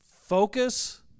Focus